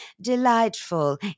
delightful